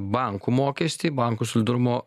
bankų mokestį bankų solidarumo